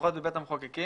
לפחות בבית המחוקקים.